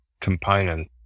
component